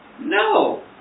No